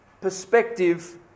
perspective